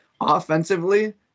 Offensively